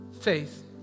Faith